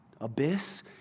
abyss